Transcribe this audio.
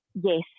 Yes